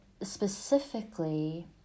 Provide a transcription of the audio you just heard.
specifically